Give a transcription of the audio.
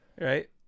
Right